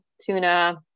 tuna